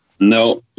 No